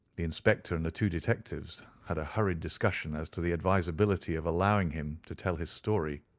the inspector and the two detectives had a hurried discussion as to the advisability of allowing him to tell his story.